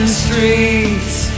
streets